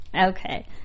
Okay